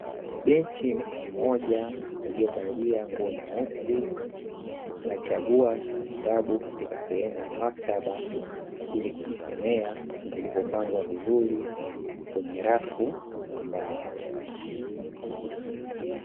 Binti mmoja aliye valia nguo nyeusi anachagua kitabu katika sehemu ya maktaba ili kujisomea vilivyopangwa vizuri kwenye rafu za mbao.